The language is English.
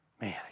man